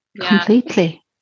Completely